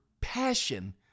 Passion